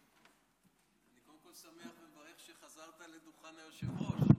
אני מאוד שמח ומברך שחזרת לדוכן היושב-ראש.